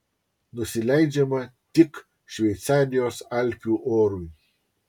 nusileidžiama tik šveicarijos alpių orui